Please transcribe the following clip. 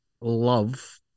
love